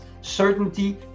certainty